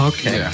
Okay